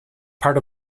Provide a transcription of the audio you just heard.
part